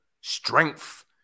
strength